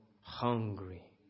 hungry